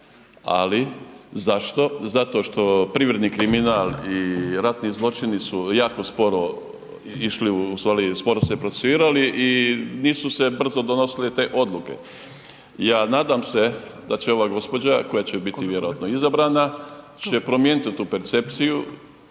ali zašto, zato što privredni kriminal i ratni zločini su jako sporo išli, u stvari sporo se procesuirali i nisu se brzo donosile te odluke. Ja nadam se, da će ova gospođa koja će biti vjerojatno izabrana će promijeniti tu percepciju,